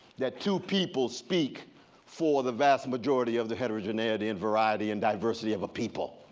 that two people speak for the vast majority of the heterogeneity, and variety, and diversity of a people.